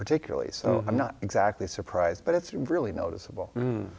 particularly so i'm not exactly surprised but it's really noticeable